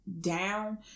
down